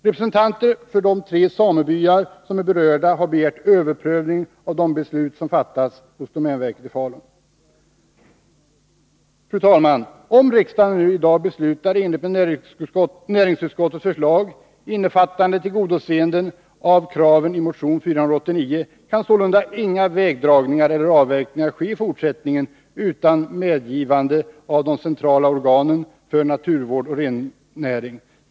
Representanter för de tre samebyar som är berörda har begärt överprövning av de beslut som fattats hos domänverket i Falun. Fru talman! Om riksdagen i dag beslutar i enlighet med näringsutskottets förslag, innefattande tillgodoseende av kraven i motion 489, kan sålunda inga vägdragningar eller avverkningar ske i fortsättningen utan medgivande av de centrala organen för naturvård och rennäring.